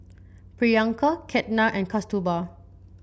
Priyanka Ketna and Kasturba